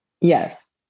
Yes